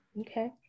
Okay